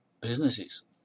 businesses